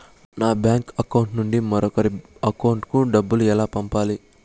నా bank account నుండి మరొకరి అకౌంట్ కు డబ్బులు ఎలా పంపాలి